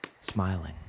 smiling